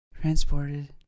Transported